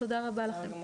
תודה רבה לכם.